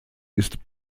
ist